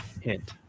hint